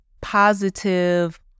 positive